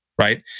right